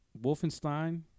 Wolfenstein